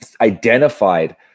identified